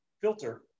filter